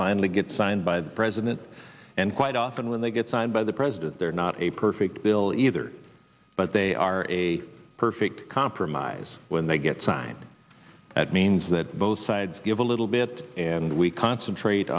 finally gets signed by the president and quite often when they get signed by the president they're not a perfect bill either but they are a perfect compromise when they get signed that means that both sides give a little bit and we concentrate